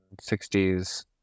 60s